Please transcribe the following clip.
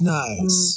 nice